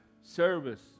service